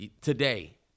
today